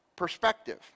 perspective